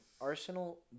Arsenal